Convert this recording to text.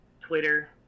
Twitter